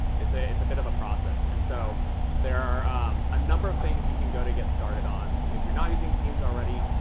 it's ah it's a bit of a process and so there are a number of things you can go to get started on. if you're not using teams already,